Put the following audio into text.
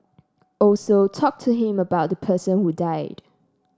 also talk to him about the person who died